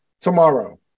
tomorrow